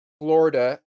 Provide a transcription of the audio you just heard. Florida